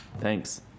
Thanks